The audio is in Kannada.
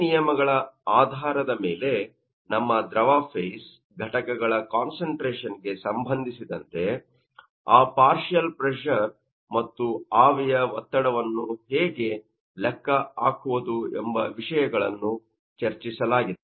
ಈ ನಿಯಮಗಳ ಆಧಾರದ ಮೇಲೆ ನಮ್ಮ ದ್ರವ ಫೇಸ್Phase ಘಟಕಗಳ ಕಾನ್ಸಂಟ್ರೇಷನ್ಗೆ ಸಂಬಂಧಿಸಿದಂತೆ ಆ ಪಾರ್ಷಿಯಲ್ ಪ್ರೆಶರ್ ಮತ್ತು ಆವಿಯ ಒತ್ತಡವನ್ನು ಹೇಗೆ ಲೆಕ್ಕ ಹಾಕುವುದು ಎಂಬ ವಿಷಯಗಳನ್ನು ಚರ್ಚಿಸಲಾಗಿದೆ